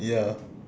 ya